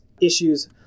issues